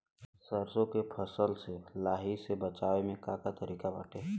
सरसो के फसल से लाही से बचाव के का तरीका बाटे?